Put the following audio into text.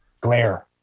glare